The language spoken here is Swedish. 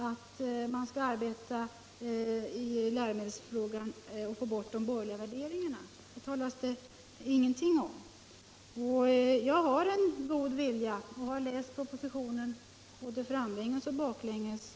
Och det talas heller ingenting om att ur läromedlen I få bort de borgerliga värderingarna. Skolans inre arbete Jag har en god vilja, och jag har läst propositionen både framlänges = m.m. och baklänges.